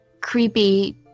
creepy